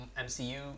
mcu